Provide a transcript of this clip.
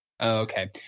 Okay